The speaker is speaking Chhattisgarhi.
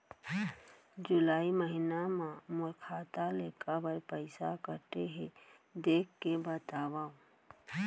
जुलाई महीना मा मोर खाता ले काबर पइसा कटे हे, देख के बतावव?